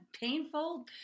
painful